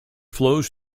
flows